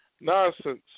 nonsense